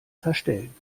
verstellen